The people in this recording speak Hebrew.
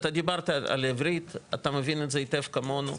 אתה דיברת על עברית, אתה מבין את זה היטב כמונו.